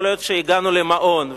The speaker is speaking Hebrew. יכול להיות שהגענו למעון.